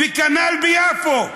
וכנ"ל ביפו.